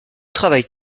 travaille